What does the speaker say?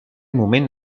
moment